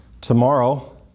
tomorrow